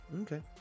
okay